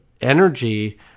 energy